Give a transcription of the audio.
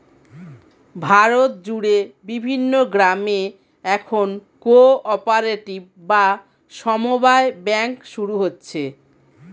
ভারত জুড়ে বিভিন্ন গ্রামে এখন কো অপারেটিভ বা সমব্যায় ব্যাঙ্ক শুরু হচ্ছে